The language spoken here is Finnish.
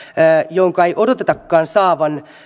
jonka ei odotetakaan saavan